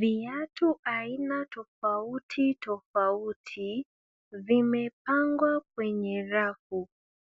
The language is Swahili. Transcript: Viatu aina tofauti tofauti vimepangwa kwenye rafu,